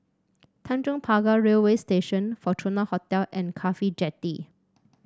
Tanjong Pagar Railway Station Fortuna Hotel and CAFHI Jetty